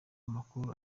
amakuru